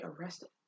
arrested